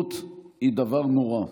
בדידות היא דבר נורא.